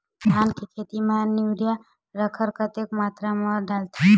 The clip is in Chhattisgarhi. धान के खेती म यूरिया राखर कतेक मात्रा म डलथे?